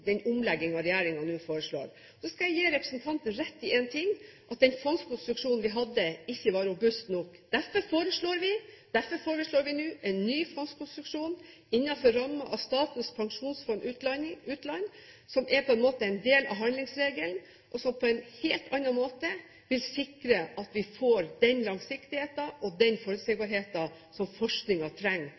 den omleggingen regjeringen nå foreslår. Så skal jeg gi representanten rett i en ting, og det er at den fondskonstruksjonen vi hadde, ikke var robust nok. Derfor foreslår vi nå en ny fondskonstruksjon innenfor rammen av Statens pensjonsfond utland, som på en måte er en del av handlingsregelen, og som på en helt annen måte vil sikre at vi får den langsiktigheten og forutsigbarheten som forskningen trenger